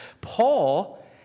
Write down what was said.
Paul